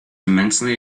immensely